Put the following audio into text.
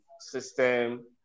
system